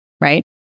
right